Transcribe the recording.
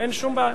אין שום בעיה.